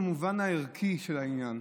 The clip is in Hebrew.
במובן הערכי של העניין,